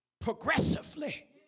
Progressively